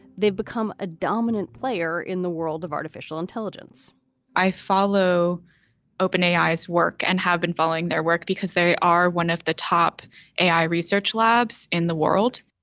they've become a dominant player in the world of artificial intelligence i follow open eyes work and have been following their work because they are one of the top ai research labs in the world.